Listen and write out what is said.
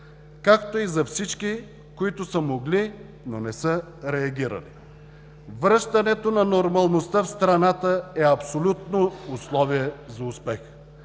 както и за всички, които са могли, но не са реагирали. Връщането на нормалността в страната е абсолютно условие за успех.